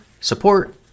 support